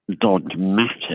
dogmatic